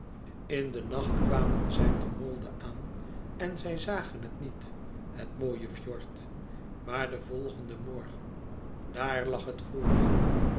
in den nacht kwamen zij te molde aan en zij zagen het niet het mooie fjord maar den volgenden morgen daar lag het vr hen